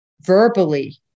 verbally